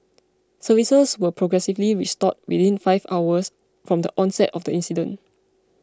services were progressively restored within five hours from the onset of the incident